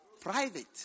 Private